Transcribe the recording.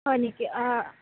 হয় নেকি